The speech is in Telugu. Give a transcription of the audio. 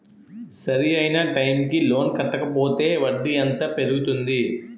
సరి అయినా టైం కి లోన్ కట్టకపోతే వడ్డీ ఎంత పెరుగుతుంది?